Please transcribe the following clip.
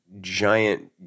giant